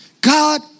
God